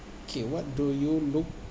K what do you look